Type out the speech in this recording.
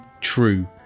true